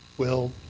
will